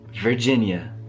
Virginia